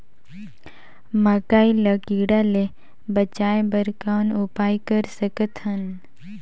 मकई ल कीड़ा ले बचाय बर कौन उपाय कर सकत हन?